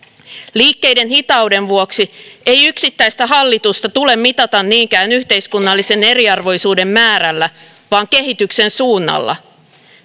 liikkeiden hitauden vuoksi ei yksittäistä hallitusta tule mitata niinkään yhteiskunnallisen eriarvoisuuden määrällä vaan kehityksen suunnalla